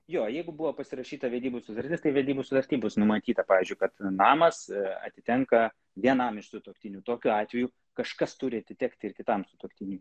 jo jeigu buvo pasirašyta vedybų sutartis tai vedybų sutarty bus numatyta pavyzdžiui kad namas atitenka vienam iš sutuoktinių tokiu atveju kažkas turi atitekti ir kitam sutuoktiniui